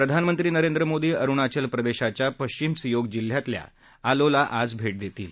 प्रधानमंत्री नरेंद्र मोदी अरुणाचल प्रदेशाच्या पश्विम सिओग जिल्ह्यातील आलो ला भे देतील